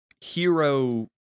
hero